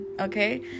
okay